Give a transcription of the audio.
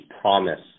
promise